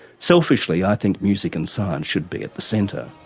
selfishly i think music and science should be at the centre.